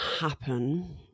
happen